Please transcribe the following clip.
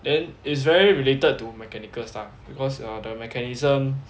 then is very related to mechanical stuff because err the mechanism